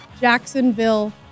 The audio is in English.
Jacksonville